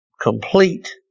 complete